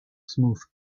smooth